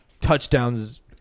touchdowns